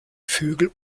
vögel